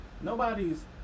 Nobody's